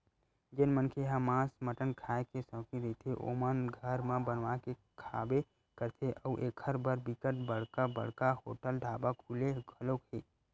जेन मनखे ह मांस मटन खांए के सौकिन रहिथे ओमन घर म बनवा के खाबे करथे अउ एखर बर बिकट बड़का बड़का होटल ढ़ाबा खुले घलोक हे